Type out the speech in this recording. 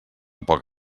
poc